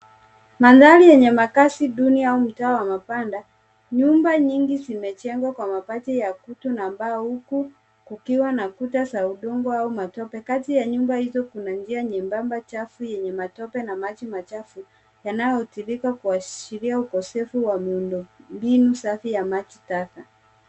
Mandhari yenye makaazi duni au mtaa wa mapanda , nyumba nyingi zimejengwa kwa mabati ya kutu na mbao huku kukiwa na kuta za udongo au matope. Kati ya nyumba hizo kuna njia nyembamba chafu yenye matope na maji machafu yanayotumika kuashiria ukosefu wa miundo mbinu safi ya maji taka.